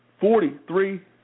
Forty-three